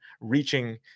reaching